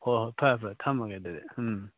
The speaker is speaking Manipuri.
ꯍꯣꯏ ꯍꯣꯏ ꯐꯔꯦ ꯐꯔꯦ ꯊꯝꯃꯒꯦ ꯑꯗꯨꯗꯤ ꯎꯝ